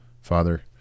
Father